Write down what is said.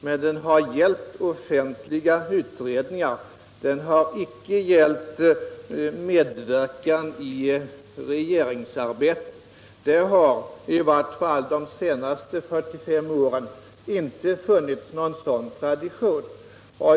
Men den har som sagt gällt offentliga utredningar, icke medverkan i regeringsarbete. Där har det i vart fall de senaste 45 åren inte funnits någon sådan tradition.